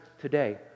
today